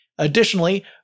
Additionally